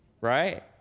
Right